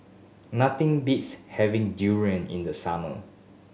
nothing beats having durian in the summer